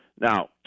Now